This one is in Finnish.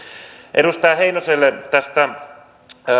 edustaja heinoselle tästä